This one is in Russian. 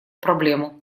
проблему